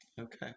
Okay